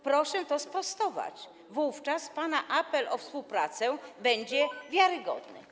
Proszę to sprostować, wówczas pana apel o współpracę będzie wiarygodny.